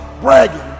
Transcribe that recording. bragging